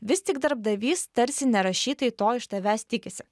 vis tik darbdavys tarsi nerašytai to iš tavęs tikisi